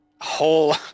whole